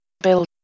build